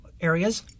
areas